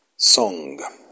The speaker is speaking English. Song